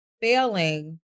failing